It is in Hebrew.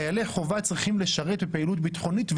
חיילי חובה צריכים לשרת בפעילות ביטחונית,